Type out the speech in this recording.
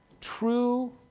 True